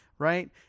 Right